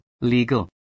legal